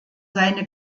seine